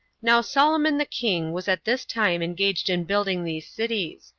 now solomon the king was at this time engaged in building these cities.